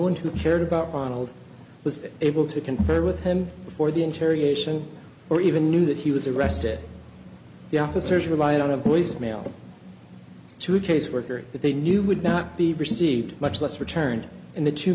one who cared about ronald was able to confer with him before the interrogation or even knew that he was arrested the officers relied on a voice mail to a caseworker that they knew would not be received much less returned in the two